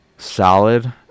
Solid